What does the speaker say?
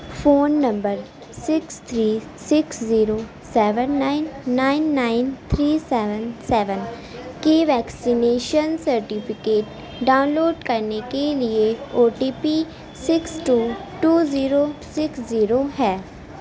phone number six three six zero seven nine nine nine three seven seven کی vaccination certificate download کرنے کے لیے O T P six two two zero six zero ہے